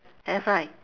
have right